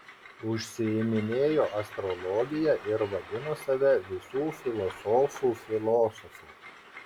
užsiiminėjo astrologija ir vadino save visų filosofų filosofu